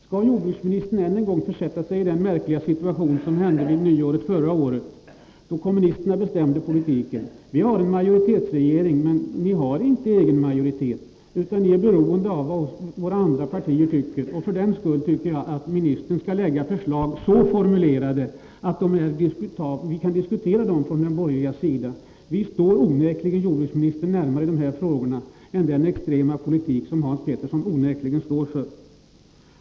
Skall jordbruksministern än en gång försätta sig i samma märkliga situation som han gjorde vid nyåret förra året, då kommunisterna bestämde politiken? Regeringen har inte någon egen majoritet utan är beroende av vad andra partier anser. Därför tycker jag att jordbruksministern skall lägga fram förslag som är formulerade på ett sådant sätt att vi från den borgerliga sidan kan diskutera dem. Regeringens politik står onekligen, jordbruksministern, vår politik närmare i dessa frågor än den extrema politik som Hans Petersson står för.